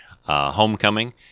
Homecoming